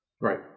Right